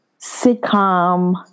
sitcom